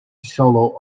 solo